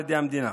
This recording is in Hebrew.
על ידי המדינה,